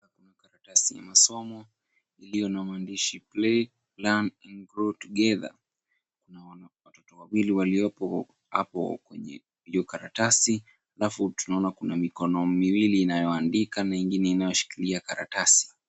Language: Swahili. Karatasi ya masomo iliyo na maandishi Play, Learn, and Grow Together . Kuna wanafunzi wawili waliopo hapo kwenye hiyo karatasi, alafu tunaona kuna mikono miwili inayoandika na ingine inayoshikilia karatasi.